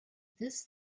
this